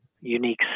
unique